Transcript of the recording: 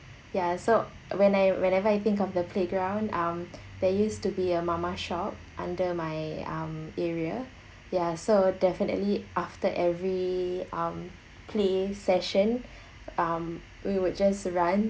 ya so whenev~ whenever I think of the playground um there used to be a mama shop under my um area ya so definitely after every um play session um we would just run